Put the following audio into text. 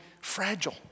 fragile